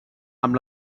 amb